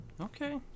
okay